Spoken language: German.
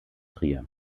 trier